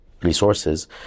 resources